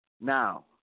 now